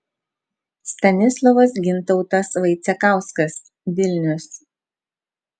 stanislovas gintautas vaicekauskas vilnius